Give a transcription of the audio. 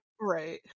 Right